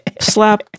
slap